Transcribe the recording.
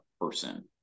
person